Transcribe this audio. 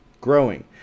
growing